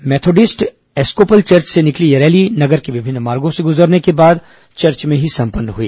Methodists Episcopal church से निकली यह रैली नगर के विभिन्न मार्गों से गुजरने के बाद चर्च में ही संपन्न हुई